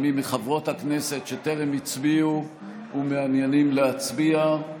מי מחברות הכנסת שטרם הצביעו ומעוניינים להצביע?